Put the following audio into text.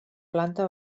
planta